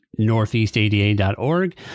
northeastada.org